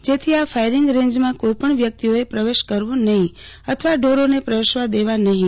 જેથી આ ફાયરીંગ રેંજમાં કોઇપણ વ્યકિતઓએ પ્રવેશવું નફીં અથવા ઢોરોને પ્રવેશવા દેવા નફીં